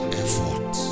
effort